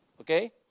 Okay